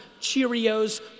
Cheerios